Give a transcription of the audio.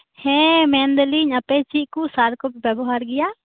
ᱦᱮᱸ ᱢᱮᱱᱫᱟᱞᱤᱧ ᱟᱯᱮ ᱪᱮᱫ ᱠᱩ ᱥᱟᱨᱯᱮ ᱵᱮᱵᱚᱦᱟᱨ ᱜᱮᱭᱟ